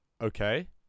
okay